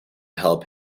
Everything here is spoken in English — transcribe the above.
help